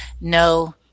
No